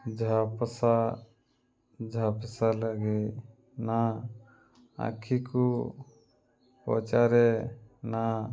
ଝାପସା ଝାପସା ଲାଗେ ନା ଆଖିକୁ ପଚାରେ ନା